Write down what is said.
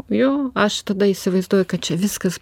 jo aš tada įsivaizduoju kad čia viskas